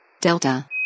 Delta